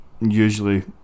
usually